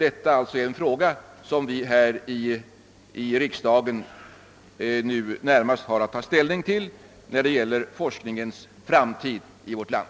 En fråga som vi här i riksdagen nu närmast har att bevaka är forskningens framtid i vårt land.